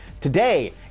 today